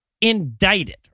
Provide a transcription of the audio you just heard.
indicted